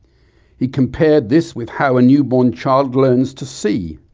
he compared this with how a newborn child learns to see,